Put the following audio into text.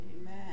Amen